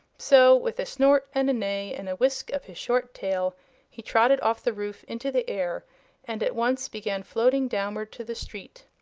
so, with a snort and a neigh and a whisk of his short tail he trotted off the roof into the air and at once began floating downward to the street.